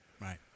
right